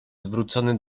zwrócony